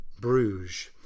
Bruges